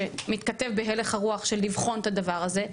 שמתכתב עם הלך הרוח של לבחון את הדבר הזה.